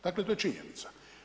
Dakle, to je činjenica.